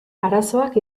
arazoak